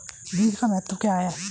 बीज का महत्व क्या है?